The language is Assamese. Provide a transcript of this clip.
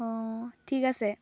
অঁ ঠিক আছে